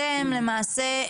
אתם למעשה,